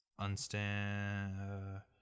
Unstand